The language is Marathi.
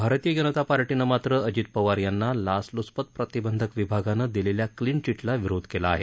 भारतीय जनता पार्टीनं मात्र अजित पवार यांना लाचलुचपत प्रतिबंधक विभागानं दिलेल्या क्लिनचीटला विरोध केला आहे